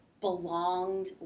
belonged